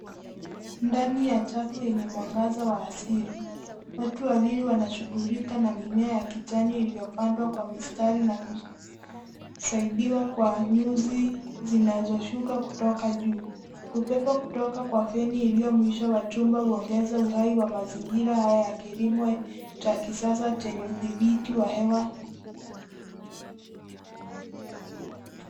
Ndani ya chafu yenye mwangaza wa asili. Watu wawili wanashughulika na mimea ya kijani iliyopandwa kwa mistari na kusaidiwa kwa nyuzi zinazoshuka kutoka juu. Upepo kutoka kwa feni ulio mwisho wa chumba huongeza uhai mazingira haya ya kilimo cha kisasa chenye udhibiti wa hewa.